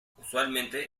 usualmente